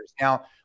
now